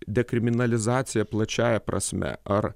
dekriminalizacija plačiąja prasme ar